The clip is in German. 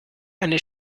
eine